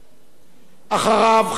חברת הכנסת נינו אבסדזה,